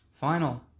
final